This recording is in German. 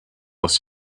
aus